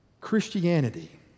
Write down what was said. Christianity